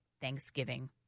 Thanksgiving